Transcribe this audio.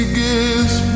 gives